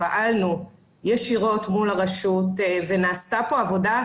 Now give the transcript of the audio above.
פעלנו ישירות מול הרשות ונעשתה פה עבודה.